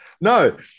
No